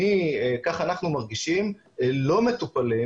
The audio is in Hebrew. כך אנחנו מרגישים, לא מטופלים